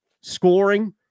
scoring